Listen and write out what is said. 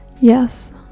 Yes